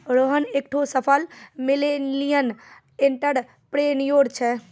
रोहन एकठो सफल millennial entrepreneur छै